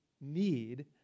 need